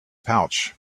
pouch